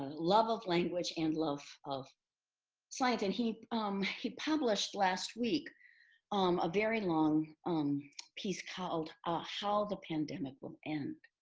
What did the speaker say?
love of language and love of science. and he he published last week um a very long um piece called how the pandemic will end.